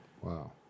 Wow